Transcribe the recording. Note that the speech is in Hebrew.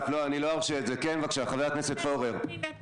אני אסיים בהשוואה בין חיות לבני אדם.